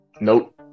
Nope